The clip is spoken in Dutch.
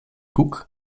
koek